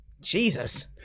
jesus